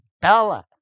Bella